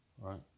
right